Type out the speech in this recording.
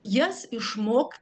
jas išmok